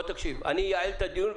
אני אייעל את הדיון,